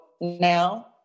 now